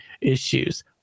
issues